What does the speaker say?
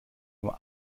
nur